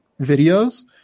videos